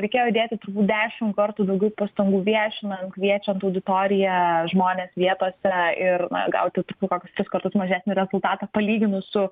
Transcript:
reikėjo įdėti turbūt dešim kartų daugiau pastangų viešinant kviečiant auditoriją žmones vietose ir na gauti turbūt kokius tris kartus mažesnį rezultatą palyginus su